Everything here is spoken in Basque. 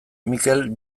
mikel